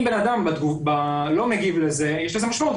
אם בן אדם לא מגיב לזה יש לזה משמעות,